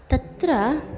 तत्र